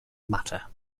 matter